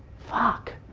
fuck,